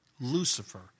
Lucifer